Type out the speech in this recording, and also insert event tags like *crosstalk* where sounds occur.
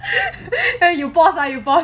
*laughs* you boss ah you boss